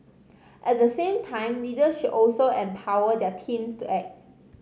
at the same time leaders should also empower their teams to act